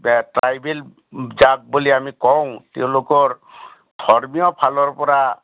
যে ট্ৰাইবেল যাক বুলি আমি কওঁ তেওঁলোকৰ ধৰ্মীয় ফালৰপৰা